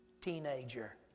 teenager